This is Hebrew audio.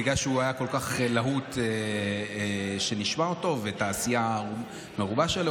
בגלל שהוא היה כל כך להוט שנשמע אותו ואת העשייה המרובה שלו,